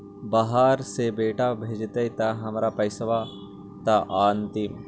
बाहर से बेटा भेजतय त हमर पैसाबा त अंतिम?